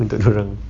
untuk dia orang